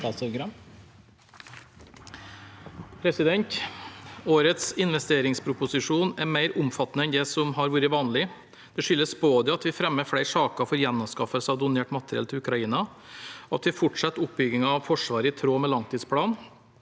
Årets inves- teringsproposisjon er mer omfattende enn det som har vært vanlig. Det skyldes både at vi fremmer flere saker for gjenanskaffelser av donert materiell til Ukraina, at vi fortsetter oppbyggingen av Forsvaret i tråd med langtidsplanen,